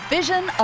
Vision